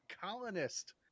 Colonist